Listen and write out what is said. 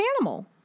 animal